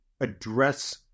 address